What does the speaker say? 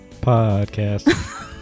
Podcast